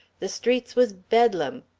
the streets was bedlam.